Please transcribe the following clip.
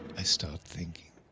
i start thinking.